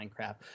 minecraft